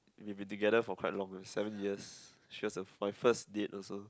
we have been together for quite long seven years she was a my first date also